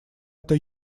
это